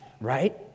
right